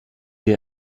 der